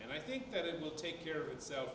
and i think that it will take care of itself